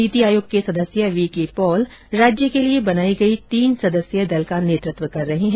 नीति आयोग के सदस्य वी के पॉल राज्य के लिए बनाई गई तीन सदस्यीय दल का नेतृत्व कर रहे हैं